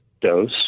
dose